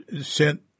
sent